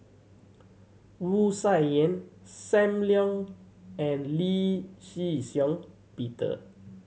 Wu Tsai Yen Sam Leong and Lee Shih Shiong Peter